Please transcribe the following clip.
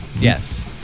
Yes